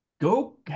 Go